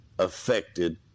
affected